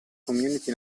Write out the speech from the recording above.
community